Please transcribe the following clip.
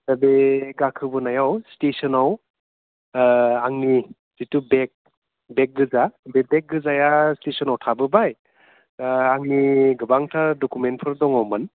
दा बे गाखोबोनायाव स्टेसनाव आंनि जिथु बेग बेग गोजा बे बेग गोजाया स्टेसनाव थाबोबाय आंनि गोबांथार डकुमेनफोर दङमोन